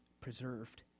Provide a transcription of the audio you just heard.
preserved